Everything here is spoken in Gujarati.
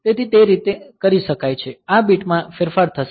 તેથી તે કરી શકાય છે આ બીટ માં ફેરફાર થશે